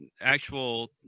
actual